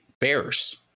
bears